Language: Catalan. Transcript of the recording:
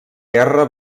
guerra